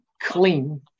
clean